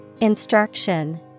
Instruction